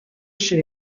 chez